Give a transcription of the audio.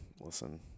listen